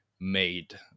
made